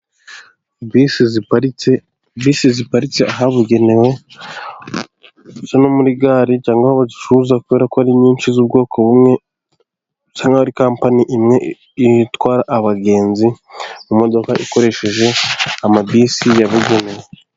Bisi ziparitse ahabugenewe, zo muri gare cyangwa aho bazicuruza kubera ko ari nyinshi, z'ubwoko bumwe cyangwa ari kapani imwe itwara abagenzi, mu modoka ikoresheje amabisi ya bugenewe.